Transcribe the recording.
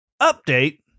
Update